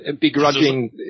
begrudging